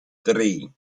three